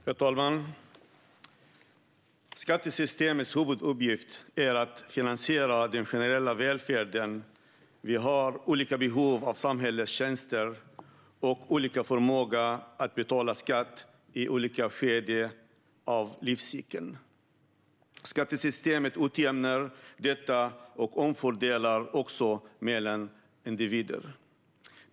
Herr talman! Skattesystemets huvuduppgift är att finansiera den generella välfärden. Vi har olika behov av samhällets tjänster och olika förmåga att betala skatt i olika skeden av livscykeln. Skattesystemet utjämnar detta och omfördelar också mellan individer.